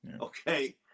Okay